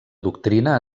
doctrina